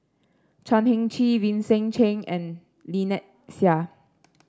Chan Heng Chee Vincent Cheng and Lynnette Seah